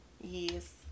Yes